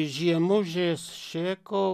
žiemužės šėko